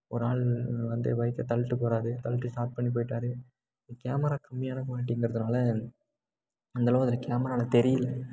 ஒரு ஆள் வந்து என் பைக்கை தள்ளிட்டு போறார் தள்ளிட்டு ஸ்டார்ட் பண்ணி போய்ட்டார் கேமரா கம்மியான குவாலிட்டிங்கிறதுனால அந்த அளவு அதில் கேமராவில தெரியல